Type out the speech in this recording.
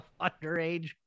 underage